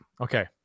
Okay